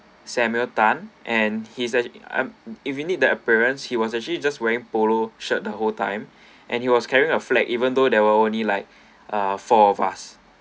samuel tan and he's uh if you need the appearance he was actually just wearing polo shirt the whole time and he was carrying a flatg even though there were only like four of us